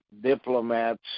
diplomats